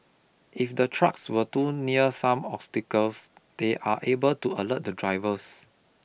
if the trucks are too near some obstacles they are able to alert the drivers